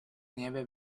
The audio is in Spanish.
nieve